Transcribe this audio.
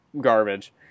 garbage